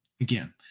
again